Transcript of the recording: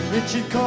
Richard